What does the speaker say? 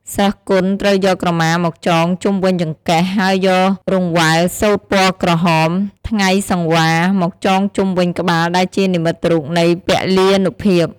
សិស្សគុនត្រូវយកក្រមាមកចងជុំវិញចង្កេះ ហើយយករង្វេលសូត្រពណ៌ក្រហម«ថ្ងៃសង្វារ»មកចងជុំវិញក្បាលដែលជានិមិត្តរូបនៃពលានុភាព។